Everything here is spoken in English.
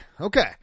okay